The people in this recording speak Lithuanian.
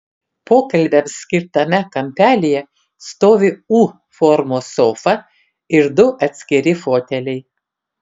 pokalbiams skirtame kampelyje stovi u formos sofa ir du atskiri foteliai